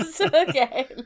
Okay